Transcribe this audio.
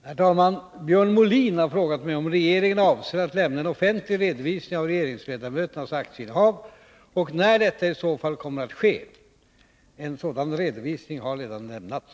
Herr talman! Björn Molin har frågat mig om regeringen avser att lämna en offentlig redovisning av regeringsledamöternas aktieinnehav och när detta i så fall kommer att ske. En sådan redovisning har redan lämnats.